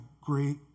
great